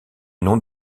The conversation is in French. nom